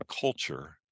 culture